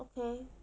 okay